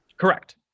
Correct